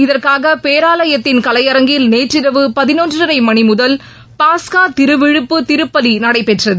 இதற்காக பேராலயத்தின் கலையரங்கில் நேற்றிரவு பதினொன்றரை மணி முதல் பாஸ்காதிருவிழிப்பு திருப்பலி நடைபெற்றது